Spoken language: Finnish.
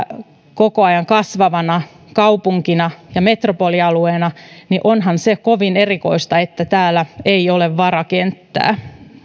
koko ajan kasvavana kaupunkina ja metropolialueena niin onhan se kovin erikoista että täällä ei ole varakenttää